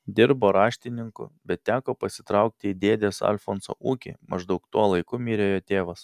dirbo raštininku bet teko pasitraukti į dėdės alfonso ūkį maždaug tuo laiku mirė jo tėvas